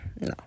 no